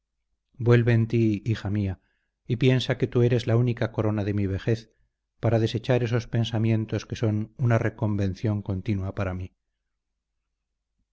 vuelve en ti hija mía y piensa que tú eres la única corona de mi vejez para desechar esos pensamientos que son una reconvención continua para mí